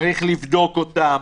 צריך לבדוק אותן.